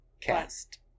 Cast